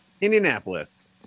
Indianapolis